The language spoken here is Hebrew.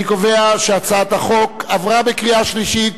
אני קובע שהצעת החוק עברה בקריאה שלישית,